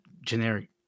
generic